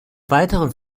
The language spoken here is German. weiteren